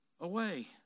away